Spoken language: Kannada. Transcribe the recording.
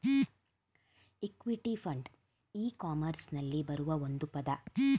ಇಕ್ವಿಟಿ ಫಂಡ್ ಇ ಕಾಮರ್ಸ್ನಲ್ಲಿ ಬರುವ ಒಂದು ಪದ